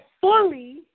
fully